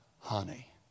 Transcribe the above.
honey